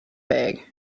bag